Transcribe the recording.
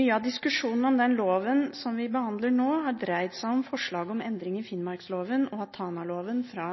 Mye av diskusjonen om loven vi behandler nå, har dreid seg om forslag om endring i finnmarksloven og om at Tanaloven fra